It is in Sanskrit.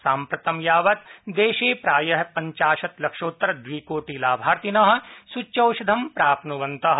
साम्प्रतं यावत् देशे प्रायः पञ्चाशत् लक्षोत्तर द्विकोटि लाभार्थिनः सूच्यौषधं प्राप्नुवन्तः